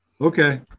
Okay